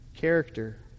character